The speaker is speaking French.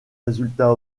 résultats